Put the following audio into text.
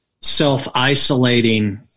self-isolating